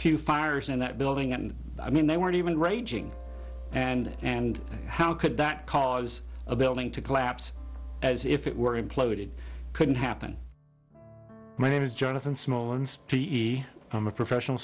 few fires in that building and i mean they weren't even raging and and how could that cause a building to collapse as if it were imploded couldn't happen my name is jonathan small and t i'm a professional